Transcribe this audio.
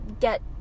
get